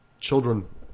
children